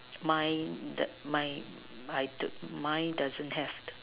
mine the mine the mine doesn't have